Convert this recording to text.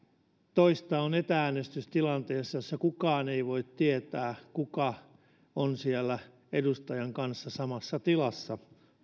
toista on etä äänestystilanteessa jossa kukaan ei voi tietää kuka mahdollisesti on edustajan kanssa siellä samassa tilassa